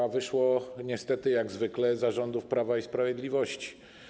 A wyszło niestety jak zwykle za rządów Prawa i Sprawiedliwości.